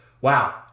wow